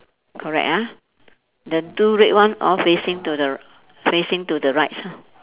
correct ah the two red one all facing to the r~ facing to the right si~